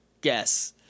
guess